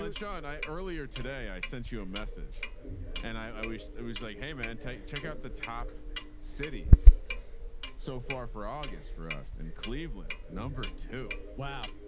like sean. i, earlier today i sent you a message and i, i wish it was like, hey man, tight check out the top cities so far for august for us and cleveland number two. wow.